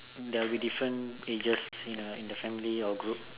there'll be different ages in a in the family or group